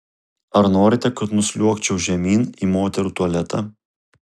ar norite kad nusliuogčiau žemyn į moterų tualetą